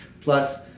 plus